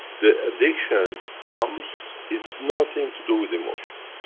the addiction comes, it's nothing to do with emotion.